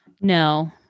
No